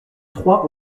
trois